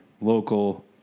local